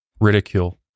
ridicule